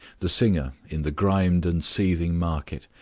the singer in the grimed and seething market,